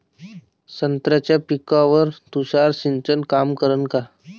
संत्र्याच्या पिकावर तुषार सिंचन काम करन का?